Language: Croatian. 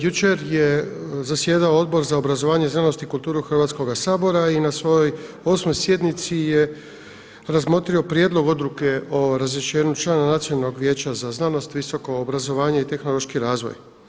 Jučer je zasjedao Odbor za obrazovanje, znanost i kulturu Hrvatskoga sabora i na svojoj 8. sjednici je razmotrio prijedlog Odluke o razrješenju člana Nacionalnog vijeća za znanost, visoko obrazovanje i tehnološki razvoj.